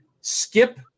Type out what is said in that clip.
skip